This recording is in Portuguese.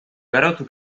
garoto